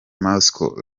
moscow